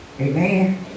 Amen